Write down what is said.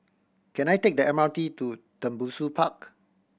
can I take the M R T to Tembusu Park